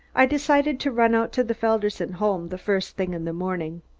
i decided to run out to the felderson home the first thing in the morning.